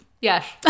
Yes